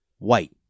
White